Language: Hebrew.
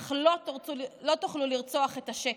אך לא תוכלו לרצוח את השקר,